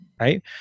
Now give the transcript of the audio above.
right